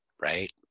right